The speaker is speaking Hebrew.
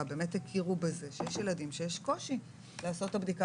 באמת הכירו בזה שיש ילדים שיש קושי לעשות להם את הבדיקה